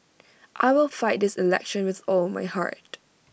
I will fight this election with all my heart